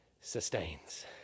sustains